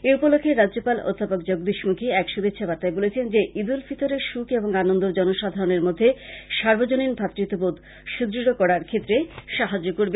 এ উপলক্ষ্যে রাজ্যপাল অধ্যাপক জগদীশ মুখী এক শুভেচ্ছা বর্তায় বলেছেন যে ঈদ উল ফিতরের সুখ ও আনন্দ জনসাধারনের মধ্যে সার্বজনীন ভাতৃত্ববোধ সুদৃঢ় করার ক্ষেত্রে সাহায্য করবে